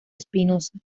espinosa